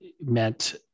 meant